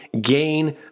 gain